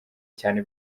cyane